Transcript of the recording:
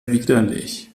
widerlich